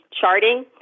charting